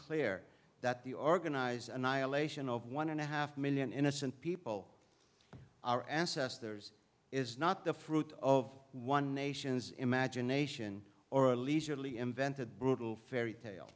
clear that the organize annihilation of one and a half million innocent people our ancestors is not the fruit of one nation's imagination or a leisurely invented brutal fairy tale